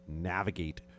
Navigate